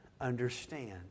understand